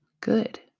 good